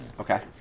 Okay